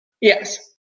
Yes